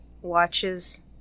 watches